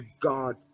God